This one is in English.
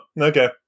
okay